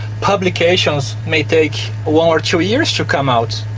publications may take one or two years to come out.